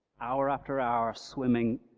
hour after hour, swimming,